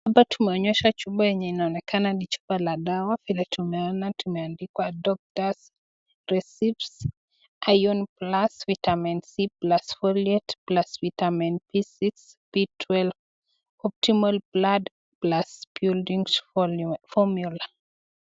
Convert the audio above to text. Hapa tunaonyeshwa chupa yenye inaonekana ni chupa la dawa vile tumeona tumeandikwa doctors recipes, iron plus, vitamin C plus, folate plus, vitamin B six, B twelve optimal blood plus building formula.